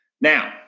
Now